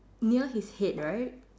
near his head right